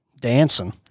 Dancing